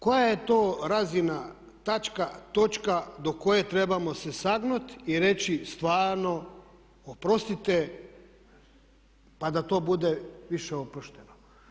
Koja je to razina, točka do koje trebamo se sagnuti i reći stvarno oprostite pa da to bude više oprošteno?